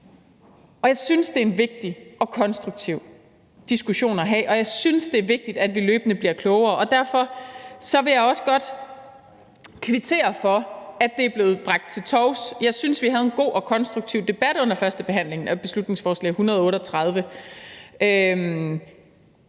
Jeg synes, det er en vigtig og konstruktiv diskussion at have, og jeg synes, det er vigtigt, at vi løbende bliver klogere. Derfor vil jeg også godt kvittere for, at det er blevet bragt til torvs. Jeg synes, vi havde en god og konstruktiv debat under førstebehandlingen af beslutningsforslag B 138.